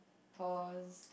pause